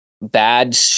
bad